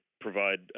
provide